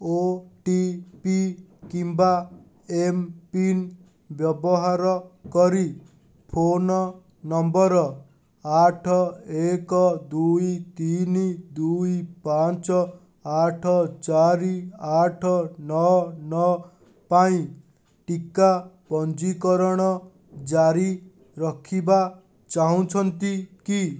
ଓ T P କିମ୍ବା mPIN ବ୍ୟବହାର କରି ଫୋନ୍ ନମ୍ବର୍ ଆଠ ଏକ ଦୁଇ ତିନ ଦୁଇ ପାଞ୍ଚ ଆଠ ଚାରି ଆଠ ନଅ ନଅ ପାଇଁ ଟିକା ପଞ୍ଜୀକରଣ ଜାରି ରଖିବା ଚାହୁଁଛନ୍ତି କି